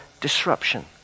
disruption